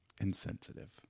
insensitive